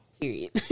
Period